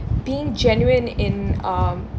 being genuine in um